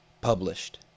published